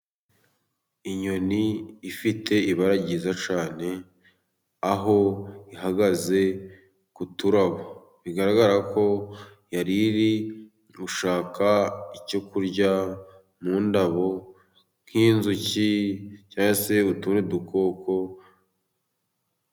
Inyoni ifite ibara ryiza cyane, aho ihagaze ku turabo, bigaragara ko yari iri gushaka icyo kurya mu ndabo, nk'inzuki cyangwa se utundi dukoko.